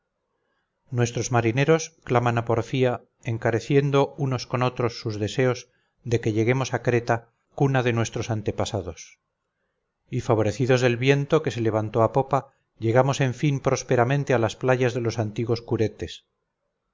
nuestros marineros claman a porfía encareciendo unos con otros sus deseos de que lleguemos a creta cuna de nuestros antepasados y favorecidos del viento que se levantó a popa llegamos en fin prósperamente a las playas de los antiguos curetes